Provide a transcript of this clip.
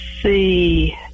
see